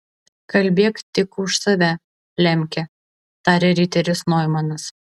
kalbėk tik už save lemke tarė riteris noimanas